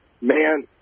man